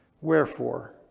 Wherefore